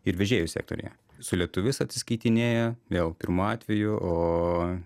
ir vežėjų sektoriuje su lietuviais atsiskaitinėja vėl pirmu atveju o